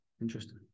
interesting